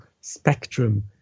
spectrum